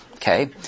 Okay